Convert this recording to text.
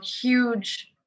huge